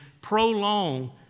prolong